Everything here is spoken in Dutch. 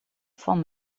van